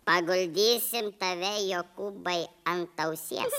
paguldysim tave jokūbai ant ausies